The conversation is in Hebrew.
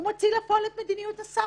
הוא מוציא לפועל את מדיניות השר,